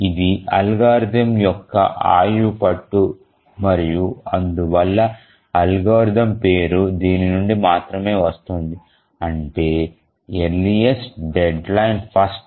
ఇది అల్గోరిథం యొక్క ఆయువుపట్టు మరియు అందువల్ల అల్గోరిథం పేరు దీని నుండి మాత్రమే వస్తుంది అంటే ఎర్లీస్ట్ డెడ్లైన్ ఫస్ట్